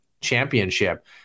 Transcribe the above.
championship